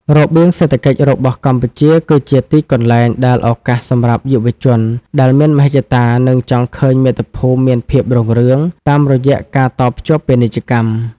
របៀងសេដ្ឋកិច្ចរបស់កម្ពុជាគឺជាទីកន្លែងដែលឱកាសសម្រាប់យុវជនដែលមានមហិច្ឆតា និងចង់ឃើញមាតុភូមិមានភាពរុងរឿងតាមរយៈការតភ្ជាប់ពាណិជ្ជកម្ម។